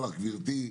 מירון,